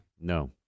No